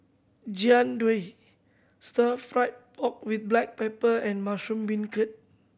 Jian Dui Stir Fry pork with black pepper and mushroom beancurd